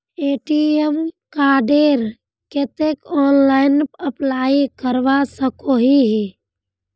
ATM कार्डेर केते online apply करवा सकोहो ही?